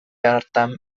hartan